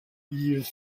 ils